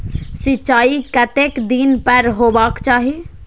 सिंचाई कतेक दिन पर हेबाक चाही?